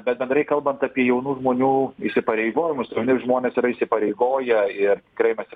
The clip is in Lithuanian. bet bendrai kalbant apie jaunų žmonių įsipareigojimus žmonės yra įsipareigoję ir tikrai mes